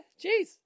Jeez